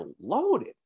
loaded